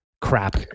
crap